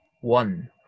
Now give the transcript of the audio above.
one